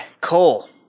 Cole